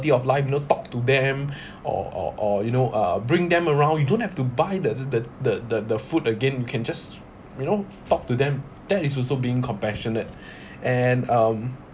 of life you know talk to them or or or you know uh bring them around you don't have to buy the the the the the food again you can just you know talk to them that is also being compassionate and um